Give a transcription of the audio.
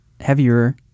heavier